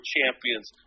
Champions